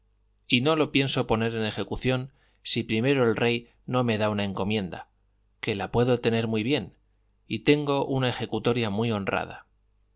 y no lo pienso poner en ejecución si primero el rey no me da una encomienda que la puedo tener muy bien y tengo una ejecutoria muy honrada